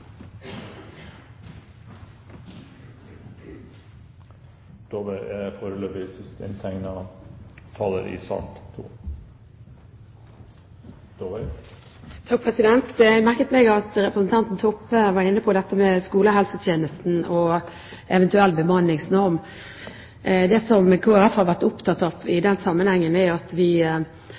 Jeg merket meg at representanten Toppe var inne på dette med skolehelsetjenesten og eventuell bemanningsnorm. Det som Kristelig Folkeparti har vært opptatt av i den sammenhengen, er at vi